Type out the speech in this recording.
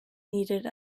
needed